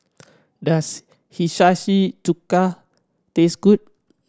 does Hiyashi Chuka taste good